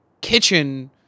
kitchen